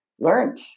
learned